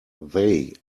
they